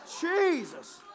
Jesus